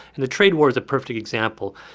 and the trade war is a perfect example.